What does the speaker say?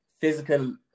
physical